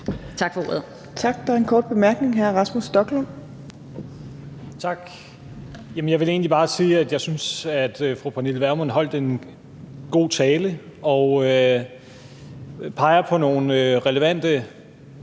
Tak for ordet.